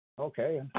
Okay